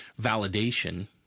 validation